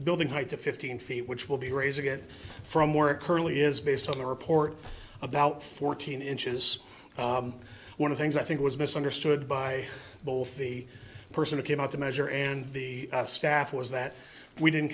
building height to fifteen feet which will be raising it from where it currently is based on the report about fourteen inches one of things i think was misunderstood by both the person who came out to measure and the staff was that we didn't